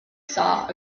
saw